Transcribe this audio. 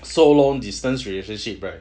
so long distance relationship right